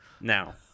Now